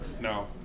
No